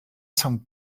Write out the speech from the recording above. some